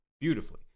beautifully